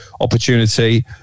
opportunity